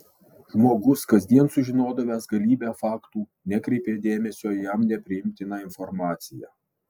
žmogus kasdien sužinodavęs galybę faktų nekreipė dėmesio į jam nepriimtiną informaciją